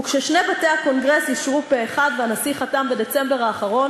וכששני בתי הקונגרס אישרו פה-אחד והנשיא חתם בדצמבר האחרון